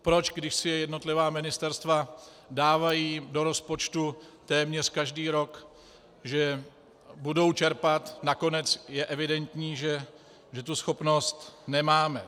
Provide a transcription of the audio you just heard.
Proč když si je jednotlivá ministerstva dávají do rozpočtu téměř každý rok, že je budou čerpat, nakonec je evidentní, že tu schopnost nemáme.